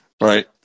right